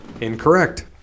Incorrect